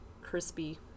crispy